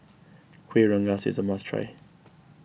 Kuih Rengas is a must try